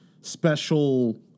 special